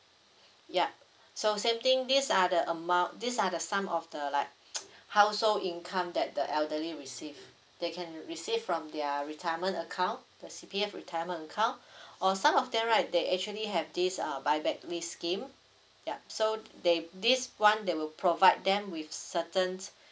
yup so same thing these are the amoun~ these are the sum of the like household income that the elderly receive they can receive from their retirement account the C_P_F retirement account or some of them right they actually have this uh buy scheme yup so they this [one] they will provide them with certain